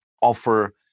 offer